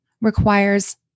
requires